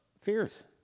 fears